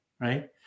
right